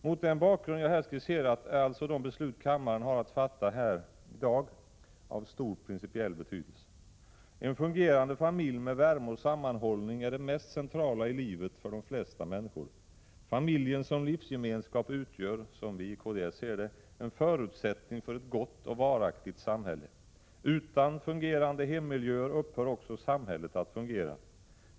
Mot den bakgrund jag här skisserat är alltså de beslut kammaren har att fatta här i dag av stor principiell betydelse. En fungerande familj med värme och sammanhållning är det mest centrala i livet för de flesta människor. Familjen som livsgemenskap utgör, som vi i kds ser det, en förutsättning för ett gott och varaktigt samhälle. Utan fungerande hemmiljöer upphör också samhället att fungera.